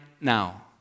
Now